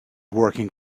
working